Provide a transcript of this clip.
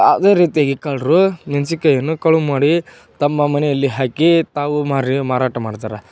ಅದೇ ರೀತಿಯಾಗಿ ಕಳ್ಳರು ಮೆಣ್ಸಿನ್ಕಾಯಿಯನ್ನು ಕಳವು ಮಾಡಿ ತಮ್ಮ ಮನೆಯಲ್ಲಿ ಹಾಕಿ ತಾವು ಮಾರಾಟ ಮಾಡ್ತಾರ